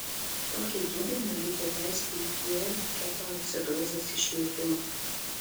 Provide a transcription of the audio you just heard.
tokį gydymą reikia tęsti iki ketoacidozės išnykimo